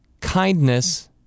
kindness